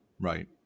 Right